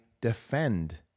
Defend